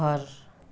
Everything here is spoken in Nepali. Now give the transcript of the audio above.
घर